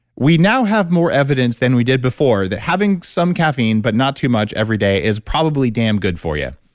we now have more evidence than we did before that having some caffeine but not too much every day is probably damn good for you.